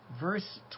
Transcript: verse